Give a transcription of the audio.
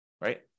right